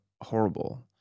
horrible